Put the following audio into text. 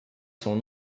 son